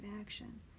action